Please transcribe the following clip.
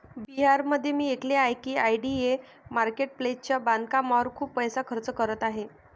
बिहारमध्ये मी ऐकले आहे की आय.डी.ए मार्केट प्लेसच्या बांधकामावर खूप पैसा खर्च करत आहे